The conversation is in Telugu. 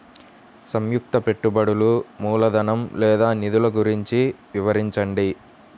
సంయుక్త పెట్టుబడులు మూలధనం లేదా నిధులు గురించి వివరించండి?